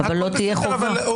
אבל לא תהיה חובה.